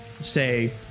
say